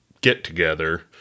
get-together